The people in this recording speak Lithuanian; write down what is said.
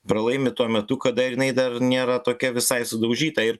pralaimi tuo metu kada jinai dar nėra tokia visai sudaužyta ir